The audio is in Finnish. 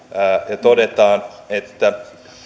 ja todetaan että